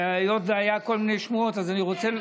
היות שהיו כל מיני שמועות אז אני רוצה,